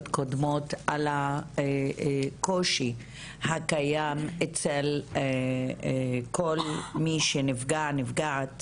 קודמות על הקושי הקיים אצל כל מי שנפגע/נפגעת